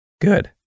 Good